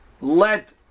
let